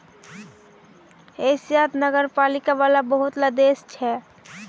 एशियात नगरपालिका वाला बहुत ला देश छे